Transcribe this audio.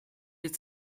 its